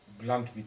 blunt